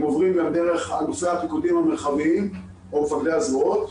הם עוברים גם דרך אלופי הפיקודים המרחביים או מפקדי הזרועות,